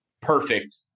perfect